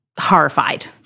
horrified